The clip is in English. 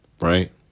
Right